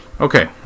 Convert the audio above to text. Okay